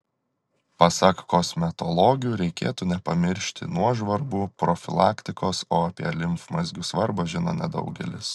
pasak kosmetologių reikėtų nepamiršti nuožvarbų profilaktikos o apie limfmazgių svarbą žino nedaugelis